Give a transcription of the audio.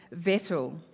Vettel